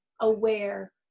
aware